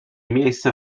miejsce